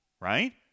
Right